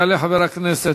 יעלה חבר הכנסת